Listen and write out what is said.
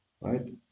right